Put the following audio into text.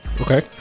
Okay